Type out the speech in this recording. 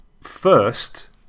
First